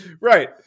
Right